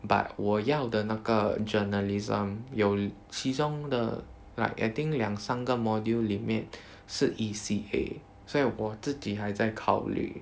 but 我要的那个 journalism 有其中的 like I think 两三个 module limit 是 E_C_A 所以我自己还在考虑